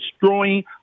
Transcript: destroying